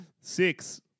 Six